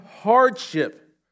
hardship